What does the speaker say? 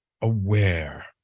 aware